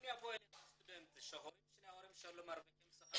אם יבוא אליך סטודנט שהורים שלו מרוויחים שכר